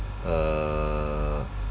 uh